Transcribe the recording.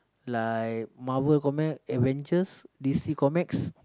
like marvel comic Avengers d_c comics